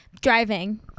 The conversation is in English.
driving